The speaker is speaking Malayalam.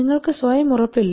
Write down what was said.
നിങ്ങൾക്ക് സ്വയം ഉറപ്പില്ല